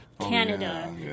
Canada